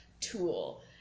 tool